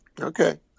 Okay